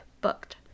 booked